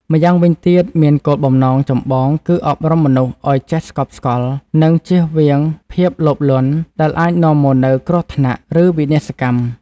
ម្យ៉ាងវិញទៀត មានគោលបំណងចម្បងគឺ អប់រំមនុស្សឱ្យចេះស្កប់ស្កល់ និងចៀសវាងភាពលោភលន់ ដែលអាចនាំមកនូវគ្រោះថ្នាក់ ឬវិនាសកម្ម។